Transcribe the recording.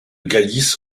galice